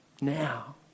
now